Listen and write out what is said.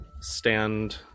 stand